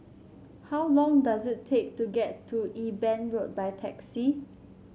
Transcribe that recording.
how long does it take to get to Eben Road by taxi